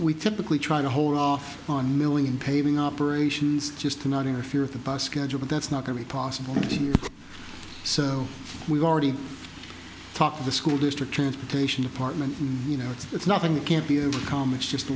we typically try to hold off on milling paving operations just to not interfere with the basket of that's not going to be possible so we've already talked to the school district transportation department and you know it's it's nothing that can't be overcome it's just a